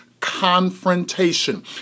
confrontation